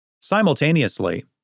Simultaneously